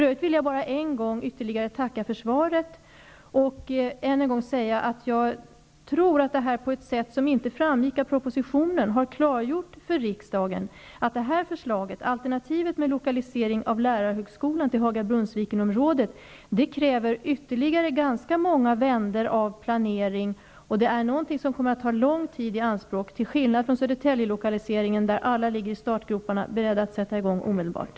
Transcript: Jag vill ytterligare en gång tacka för svaret och än en gång säga att jag tror att detta på ett sätt har klargjort för riksdagen något som inte framgick i propositionen, nämligen att det här förslaget, al ternativet, lokalisera lärarhögskolan till Haga-- Brunnsviken-området, kräver ytterligare vändor av planering. Det är något som kommer att ta lång tid i anspråk till skillnad från en lokalisering till Södertälje. Alla ligger där i startgroparna beredda att sätta i gång omedelbart.